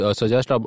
suggest